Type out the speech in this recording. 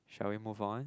shall we move on